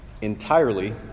entirely